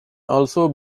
also